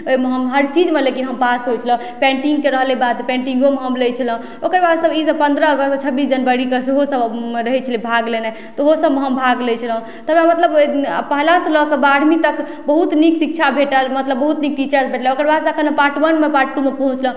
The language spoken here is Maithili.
ओहिमे हम हर चीजमे लेकिन हम भाग लै छलहुॅं पेन्टिंगके रहलै बात पेन्टिगोमे हम लै छलहुॅं ओकरबाद से इसब पन्द्रह अगस्त छब्बीस जनवरीके सेहो सबमे रहै छलै भाग लेने तऽ ओहो सबमे हम भाग लै छलहुॅं तकरबाद मतलब पहला से लऽ कऽ बारहवीं तक बहुत नीक शिक्षा भेटल मतलब बहुत नीक टीचर भेटला ओकरबाद से अखन पार्ट वनमे पार्ट टूमे पहुँचलहुॅं